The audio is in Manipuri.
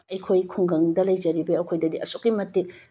ꯑꯩꯈꯣꯏ ꯈꯨꯡꯒꯪꯗ ꯂꯩꯖꯔꯤꯕ ꯑꯩꯈꯣꯏꯗꯗꯤ ꯑꯁꯨꯛꯀꯤ ꯃꯇꯤꯛ